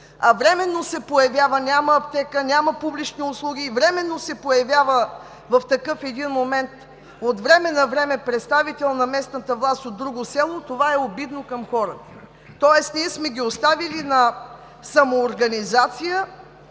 наместник, няма аптека, няма публични услуги и временно се появява в такъв един момент от време на време представител на местната власт от друго село – това е обидно към хората. Тоест ние сме ги оставили на самоорганизация,